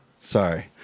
Sorry